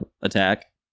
attack